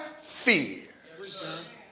fears